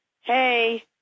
hey